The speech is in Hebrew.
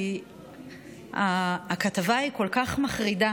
כי הכתבה היא כל כך מחרידה.